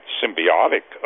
symbiotic